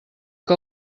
que